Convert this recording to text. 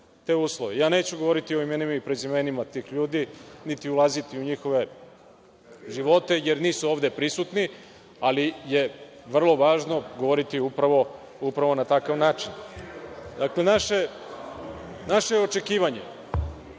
te uslove. Neću govoriti o imenima i prezimenima, niti ulaziti u njihove živote jer nisu ovde prisutni, ali je vrlo važno govoriti upravo na takav način. Dakle, naše očekivanje